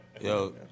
Yo